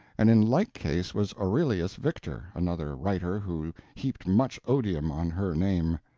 and in like case was aurelius victor, another writer who heaped much odium on her name.